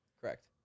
Correct